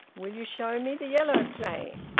will you show me the yellow clay?